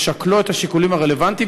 בשוקלו את השיקולים הרלוונטיים,